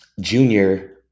junior